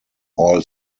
all